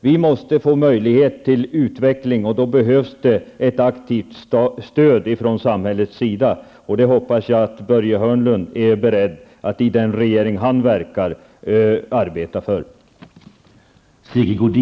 Vi måste få möjlighet till utveckling, och då behövs ett aktivt stöd från samhällets sida. Det hoppas jag att Börje Hörnlund är beredd att arbeta för i den regering han verkar i.